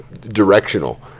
directional